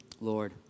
Lord